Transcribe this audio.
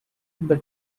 the